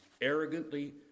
arrogantly